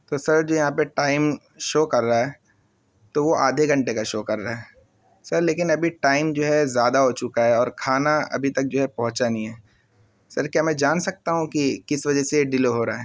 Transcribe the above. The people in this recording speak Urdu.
تو سر جو یہاں پہ ٹائم شو کر رہا ہے تو وہ آدھے گھنٹے کا شو کر رہا ہے سر لیکن ابھی ٹائم جو ہے زیادہ ہو چکا ہے اور کھانا ابھی تک جو ہے پہنچا نہیں ہے سر کیا میں جان سکتا ہوں کہ کس وجہ سے یہ ڈیلے ہو رہا ہے